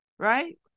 Right